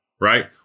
right